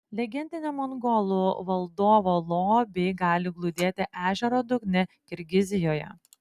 legendinio mongolų valdovo lobiai gali glūdėti ežero dugne kirgizijoje